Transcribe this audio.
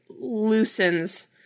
loosens